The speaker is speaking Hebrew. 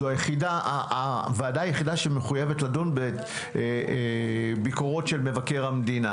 זו הוועדה היחידה שמחויבת לדון בביקורות של מבקר המדינה.